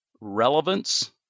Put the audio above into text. relevance